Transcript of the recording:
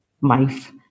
life